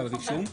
רישום.